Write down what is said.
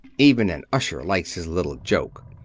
even an usher likes his little joke.